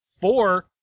Four